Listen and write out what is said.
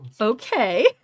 okay